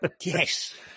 Yes